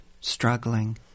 struggling